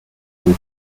two